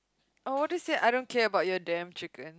I want to say I don't care about your damn chicken